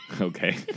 Okay